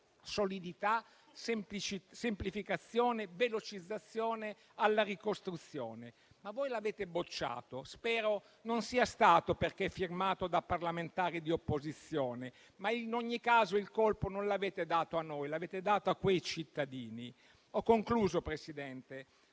solidità, semplificazione e velocizzazione alla ricostruzione, ma voi l'avete bocciato. Spero non sia stato perché è firmato da parlamentari di opposizione, ma in ogni caso il colpo l'avete dato non a noi, ma a quei cittadini. Ho concluso, Presidente.